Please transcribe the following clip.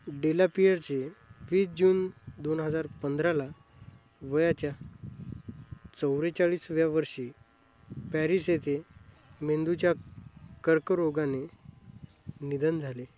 डेलापियरचे वीस जून दोन हजार पंधराला वयाच्या चौरेचाळीसाव्या वर्षी पॅरिस येथे मेंदूच्या कर्करोगाने निधन झाले